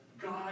God